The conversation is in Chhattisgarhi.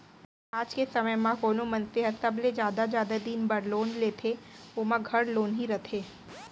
आज के समे म कोनो मनसे ह सबले जादा जादा दिन बर लोन लेथे ओमा घर लोन ही रथे